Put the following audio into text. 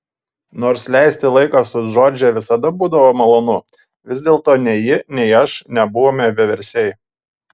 nors leisti laiką su džordže visada būdavo malonu vis dėlto nei ji nei aš nebuvome vieversiai